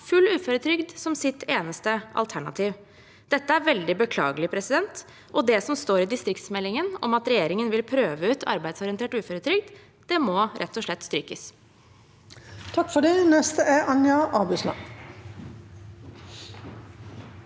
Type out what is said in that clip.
full uføretrygd som sitt eneste alternativ. Dette er veldig beklagelig. Det som står i distriktsmeldingen om at regjeringen vil prøve ut arbeidsorientert uføretrygd, må rett og slett strykes.